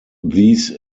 these